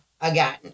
again